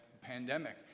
pandemic